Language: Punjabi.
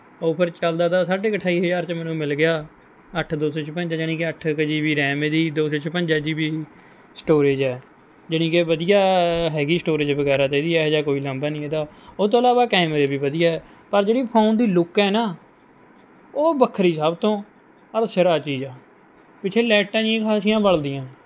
ਓਫਰ ਚੱਲਦਾ ਤਾ ਸਾਢੇ ਕੁ ਅਠਾਈ ਹਜ਼ਾਰ 'ਚ ਮੈਨੂੰ ਮਿਲ ਗਿਆ ਅੱਠ ਦੋ ਸੌ ਛਪੰਜਾ ਜਾਣੀ ਕਿ ਅੱਠ ਕੁ ਜੀ ਵੀ ਰੈਮ ਇਹਦੀ ਦੋ ਸੌ ਛਪੰਜਾ ਜੀ ਵੀ ਸਟੋਰੇਜ ਹੈ ਜਾਣੀ ਕਿ ਵਧੀਆ ਹੈਗੀ ਸਟੋਰੇਜ ਵਗੈਰਾ ਤਾਂ ਇਹਦੀ ਇਹੋ ਜਿਹਾ ਕੋਈ ਲਾਂਭਾ ਨਹੀਂ ਇਹਦਾ ਉਹ ਤੋਂ ਇਲਾਵਾ ਕੈਮਰੇ ਵੀ ਵਧੀਆ ਪਰ ਜਿਹੜੀ ਫੋਨ ਦੀ ਲੁੱਕ ਹੈ ਨਾ ਉਹ ਵੱਖਰੀ ਸਭ ਤੋਂ ਪਰ ਸਿਰਾ ਚੀਜ਼ ਆ ਪਿੱਛੇ ਲਾਈਟਾਂ ਜੀਆਂ ਖਾਸੀਆਂ ਬਲਦੀਆਂ